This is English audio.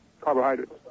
carbohydrates